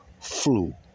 flu